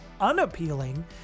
unappealing